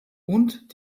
und